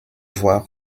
voir